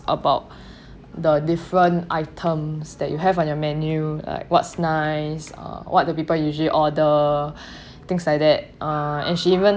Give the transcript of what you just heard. about the different items that you have on your menu like what's nice uh what the people usually order things like that uh and she even